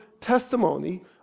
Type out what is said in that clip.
testimony